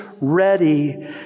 ready